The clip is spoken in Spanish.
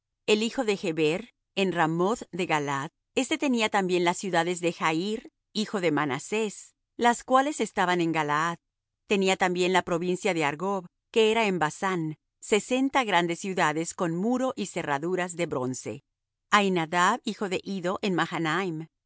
el hijo de geber en ramoth de galaad éste tenía también las ciudades de jair hijo de manasés las cuales estaban en galaad tenía también la provincia de argob que era en basán sesenta grandes ciudades con muro y cerraduras de bronce ahinadab hijo de iddo en mahanaim